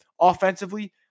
offensively